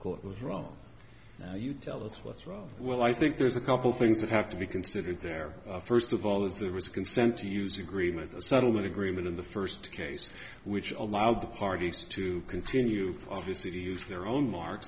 court was wrong you tell us what's wrong well i think there's a couple things that have to be considered there first of all is there was consent to use agreement a settlement agreement in the first case which allowed the parties to continue obviously to use their own mark